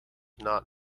not